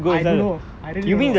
I don't know I really don't know